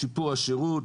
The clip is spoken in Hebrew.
שיפור השירות,